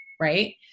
right